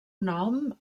nom